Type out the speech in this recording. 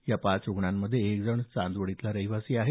या पाच रुग्णांमध्ये एक जण चांदवड इथला रहिवासी आहे